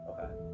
Okay